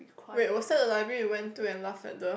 wait was that the library we went to and laugh at the